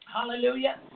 Hallelujah